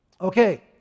Okay